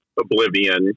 Oblivion